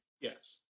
Yes